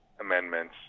amendments